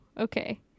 okay